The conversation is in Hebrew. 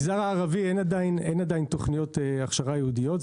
הערבי אין עדיין תוכניות הכשרה ייעודיות,